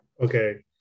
Okay